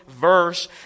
verse